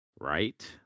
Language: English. right